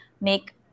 make